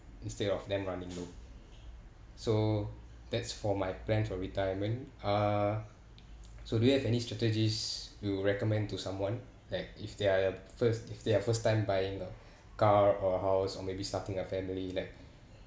instead of them running low so that's for my plan for retirement uh so do you have any strategies you will recommend to someone like if they're first if their first time buying a car or house or maybe starting a family like